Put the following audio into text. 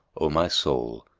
o my soul,